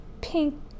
pink